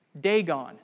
Dagon